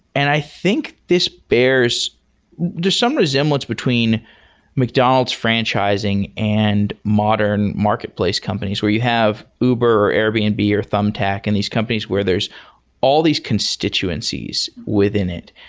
and i think this bears there's some resemblance between mcdonald's franchising and modern marketplace companies where you have uber, or airbnb, or thumbtack and these companies where there's all these constituencies within it.